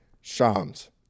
Shams